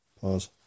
Pause